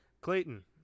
Clayton